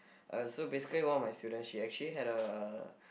uh so basically one of my students she actually had a